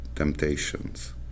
temptations